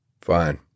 Fine